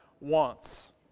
wants